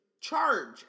charge